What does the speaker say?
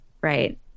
right